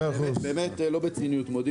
הישיבה תתחדש בשעה